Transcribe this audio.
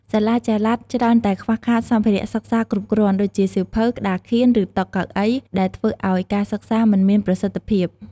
សាលាចល័តច្រើនតែខ្វះខាតសម្ភារៈសិក្សាគ្រប់គ្រាន់ ដូចជាសៀវភៅ ក្ដារខៀន ឬតុ កៅអី ដែលធ្វើអោយការសិក្សាមិនមានប្រសិទ្ធភាព។